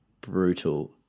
brutal